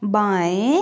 बाएँ